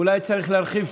אולי היינו צריכים לשבת